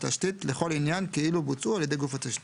תשתית לכל עניין כאילו בוצעו על ידי גוף התשתית.